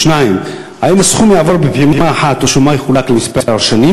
2. האם הסכום יעבור בפעימה אחת או שמא יחולק לכמה שנים?